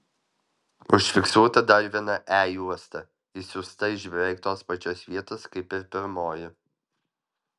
užfiksuota dar viena e juosta išsiųsta iš beveik tos pačios vietos kaip ir pirmoji